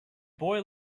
boy